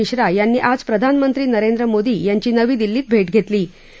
मिश्रा यांनी आज प्रधानमंत्री नरेंद्र मोदी यांची नवी दिल्लीत भद्दघरामी